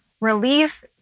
relief